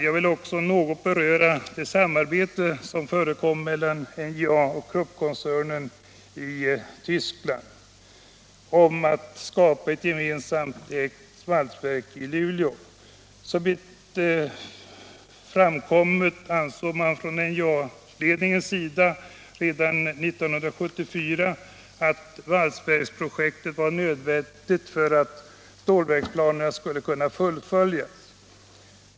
Jag vill också något beröra det samarbete som förekom mellan NJA och Kruppkoncernen i Tyskland om att skapa ett gemensamt ägt valsverk i Luleå. Såvitt framkommit ansåg man från NJA-ledningens sida redan 1974 att valsverksprojektet var nödvändigt för att stålverksplanerna skulle kunna fullföljas.